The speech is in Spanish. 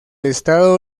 estado